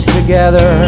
together